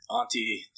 Auntie